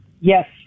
Yes